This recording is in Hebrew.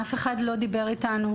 אף אחד לא דיבר איתנו,